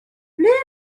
ble